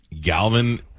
Galvin